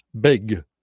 big